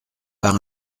par